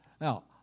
Now